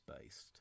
based